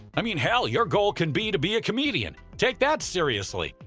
i mean hell, your goal can be to be a comedian, take that seriously.